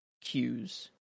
cues